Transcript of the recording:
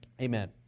amen